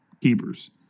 keepers